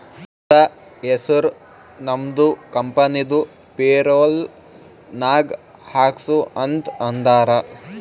ನಂದ ಹೆಸುರ್ ನಮ್ದು ಕಂಪನಿದು ಪೇರೋಲ್ ನಾಗ್ ಹಾಕ್ಸು ಅಂತ್ ಅಂದಾರ